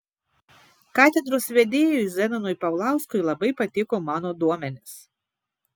katedros vedėjui zenonui paulauskui labai patiko mano duomenys